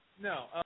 No